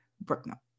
Bruckner